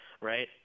right